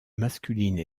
masculine